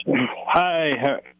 Hi